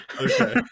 Okay